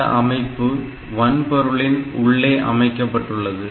இந்த அமைப்பு வன்பொருளின் உள்ளே அமைக்கப்பட்டுள்ளது